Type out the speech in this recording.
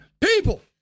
people